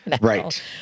Right